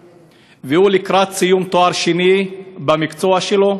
והוא לקראת סיום תואר שני במקצוע שלו.